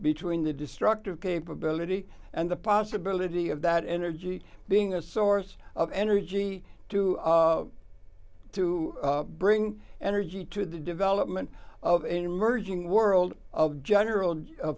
between the destructive capability and the possibility of that energy being a source of energy to to bring energy to the development of an emerging world of general